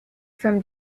from